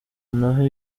naho